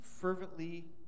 fervently